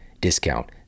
discount